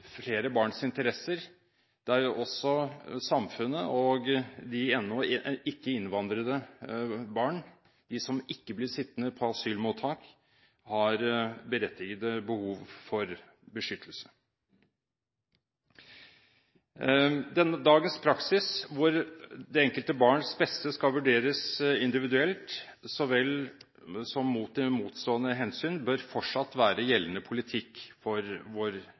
flere barns interesser, der også samfunnet og de ennå ikke innvandrede barn, de som ikke blir sittende på asylmottak, har berettigede behov for beskyttelse. Dagens praksis, hvor det enkelte barns beste skal vurderes individuelt så vel som opp mot motstående hensyn, bør fortsatt være gjeldende for vår